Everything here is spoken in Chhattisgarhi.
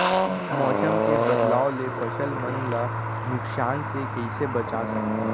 मौसम के बदलाव ले फसल मन ला नुकसान से कइसे बचा सकथन?